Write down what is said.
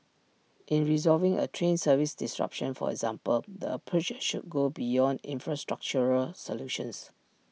in resolving A train service disruption for example the approach should go beyond infrastructural solutions